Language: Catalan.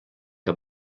que